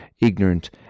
ignorant